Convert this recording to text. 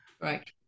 right